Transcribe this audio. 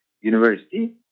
University